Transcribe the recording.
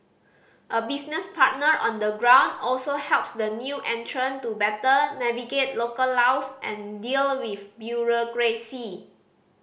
a business partner on the ground also helps the new entrant to better navigate local laws and deal with bureaucracy